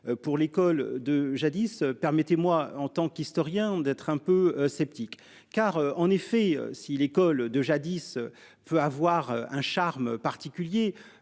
pour l'école de jadis, permettez-moi en tant qu'historien d'être un peu sceptique. Car en effet si l'école de jadis, peut avoir un charme particulier